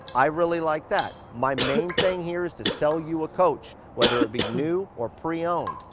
i really like that. my main thing here is to sell you a coach, whether it be new or pre-owned.